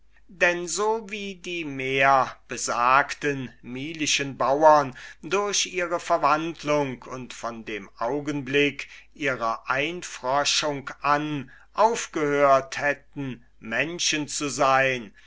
denn so wie die mehrbesagten milischen bauern durch ihre verwandlung und von dem augenblick ihrer einfroschung an aufgehört hätten menschen zu sein